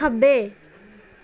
ਖੱਬੇ